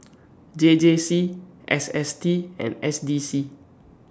J J C S S T and S D C